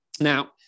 Now